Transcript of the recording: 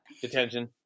detention